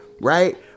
Right